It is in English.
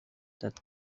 that